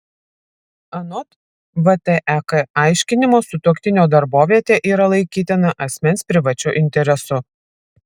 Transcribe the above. anot vtek aiškinimo sutuoktinio darbovietė yra laikytina asmens privačiu interesu